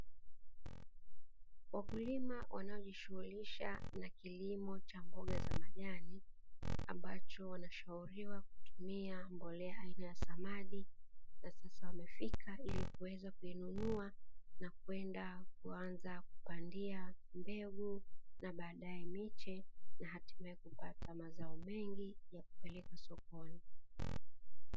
Wakulima wanaojishughulisha na kilimo cha mboga za majani, ambacho wanashauriwa kutumia mbolea ya samadi na sasa wamefika ili kuweza kuinunua kwenda kuanzia kupandia mbegu, na baadaye miche na baadaye kupata mazao mengi yakupeleka sokoni.